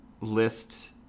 list